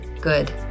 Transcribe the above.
good